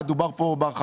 בהרחבה בוועדה,